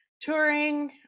touring